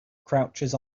crouches